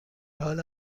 حال